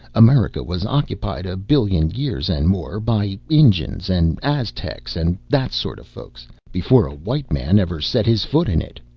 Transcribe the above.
america was occupied a billion years and more, by injuns and aztecs, and that sort of folks, before a white man ever set his foot in it.